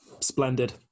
Splendid